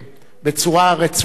בצורה רצופה,